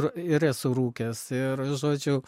ir esu rūkęs ir žodžiu